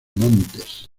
montes